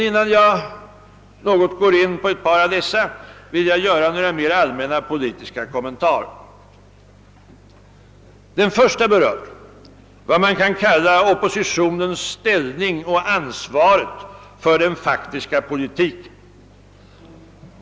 Innan jag något går in på ett par av dessa vill jag emellertid göra några mera allmänna politiska kommentarer. Den första berör vad man kan kalla oppositionens ställning och ansvaret för den faktiska politiken.